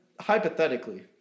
hypothetically